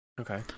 Okay